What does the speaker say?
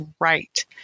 right